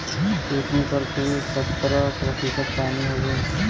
पृथ्वी पर कुल सत्तर प्रतिशत पानी हउवे